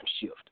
shift